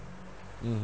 mm